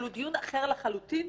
אבל דיון אחר לחלוטין.